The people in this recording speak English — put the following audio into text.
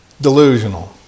delusional